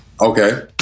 Okay